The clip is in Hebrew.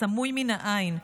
הסמוי מן העין,